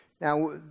Now